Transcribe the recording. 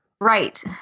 Right